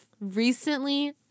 Recently